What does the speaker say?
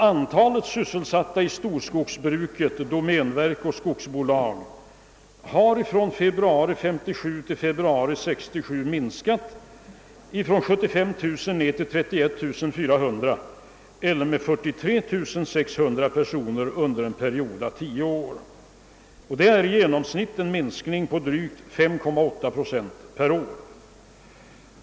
Antalet sysselsatta i storskogsbruket — domänverket och skogsbolagen — har från februari 1957 till februari 1967 minskat från 75 000 man till 31 400 eller med 43 600 personer under en tioårsperiod, vilket i genomsnitt under perioden motsvarar en minskning av drygt 5,8 procent per år.